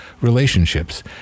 relationships